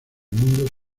mundo